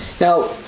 Now